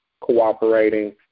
cooperating